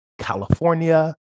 California